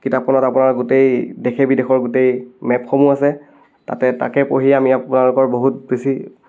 কিতাপখনত আপোনাৰ গোটেই দেশ বিদেশৰ গোটেই মেপসমূহ আছে তাতে তাকে পঢ়ি আমি আপোনালোকৰ বহুত বেছি